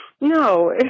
No